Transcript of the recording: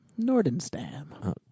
Nordenstam